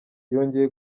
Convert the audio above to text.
yongeye